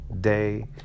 day